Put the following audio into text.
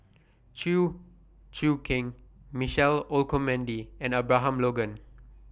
Chew Choo Keng Michael Olcomendy and Abraham Logan